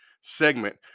segment